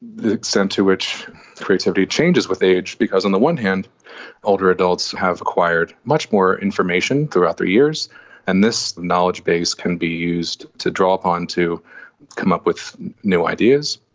the extent to which creativity changes with age, because on the one hand older adults have acquired much more information throughout the years and this knowledge base can be used to draw upon to come up with new ideas.